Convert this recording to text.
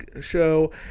show